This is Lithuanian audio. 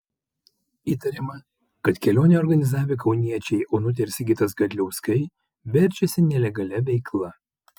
įtariama kad kelionę organizavę kauniečiai onutė ir sigitas gadliauskai verčiasi nelegalia veikla